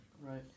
Right